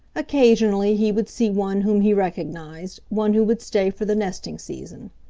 occasionally he would see one whom he recognized, one who would stay for the nesting season.